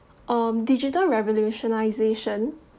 um digital revolutionization